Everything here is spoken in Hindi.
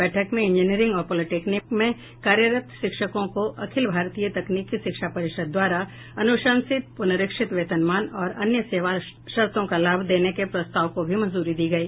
बैठक में इंजीनियरिंग और पॉलिटेक्निक में कार्यरत शिक्षकों को अखिल भारतीय तकनीकी शिक्षा परिषद द्वारा अनुशंसित पुनरीक्षित वेतनमान और अन्य सेवा शर्तों का लाभ देने के प्रस्ताव को भी मंजूरी दी गयी